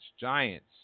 giants